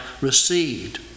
received